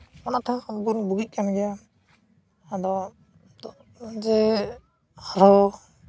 ᱚᱱᱟ ᱛᱮᱦᱚᱸ ᱟᱵᱚ ᱵᱚᱱ ᱵᱩᱜᱤᱜ ᱠᱟᱱ ᱜᱮᱭᱟ ᱟᱫᱚ ᱡᱮ ᱟᱨᱦᱚᱸ